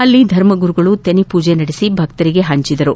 ಅಲ್ಲಿ ಧರ್ಮಗುರುಗಳು ತೆನೆ ಪೂಜೆ ನಡೆಸಿ ಭಕ್ತರಿಗೆ ಹಂಚಿದರು